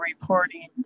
reporting